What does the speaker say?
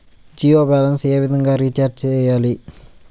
Jio balance ఏ విధంగా recharge సేయాలి?